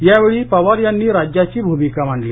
यावेळी पवार यांनी राज्याची भूमिका मांडली